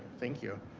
thank you.